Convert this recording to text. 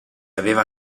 aveva